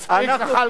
מספיק, זחאלקה.